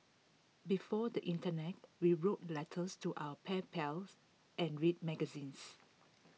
before the Internet we wrote letters to our pen pals and read magazines